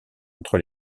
entre